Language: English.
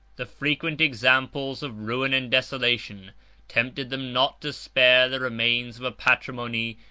the frequent examples of ruin and desolation tempted them not to spare the remains of a patrimony,